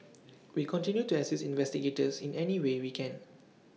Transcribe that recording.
we continue to assist investigators in any way we can